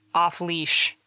off leash.